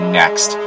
next